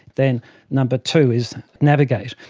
then number two is navigate,